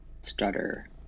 stutter